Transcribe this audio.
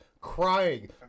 crying